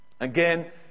Again